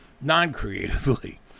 non-creatively